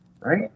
Right